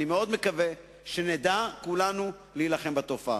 אני מאוד מקווה שנדע כולנו להילחם בתופעה.